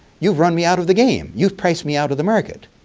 you've run me out of the game. you've priced me out of the market.